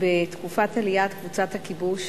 בתקופת עליית קבוצת הכיבוש